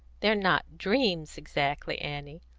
they're not dreams exactly, annie,